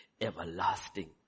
everlasting